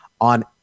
on